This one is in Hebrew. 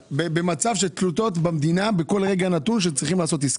במצב שהן תלויות במדינה בכל רגע נתון שעושים עסקה.